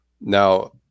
now